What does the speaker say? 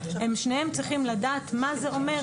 הם שניהם צריכים לדעת מה זה אומר.